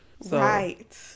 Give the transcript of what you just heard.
right